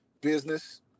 business